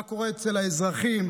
מה קורה אצל האזרחים,